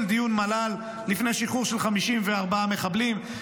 דיון מל"ל לפני שחרור של 54 מחבלים.